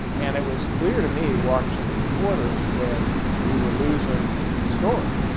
and it was clear to me watching the reporters that we were losing the story,